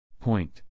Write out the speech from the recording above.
Point